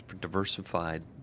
diversified